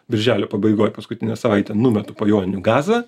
birželio pabaigoj paskutinę savaitę numetu po joninių gazą